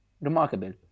Remarkable